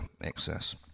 excess